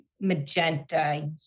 magenta